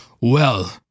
Well—